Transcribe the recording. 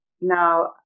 now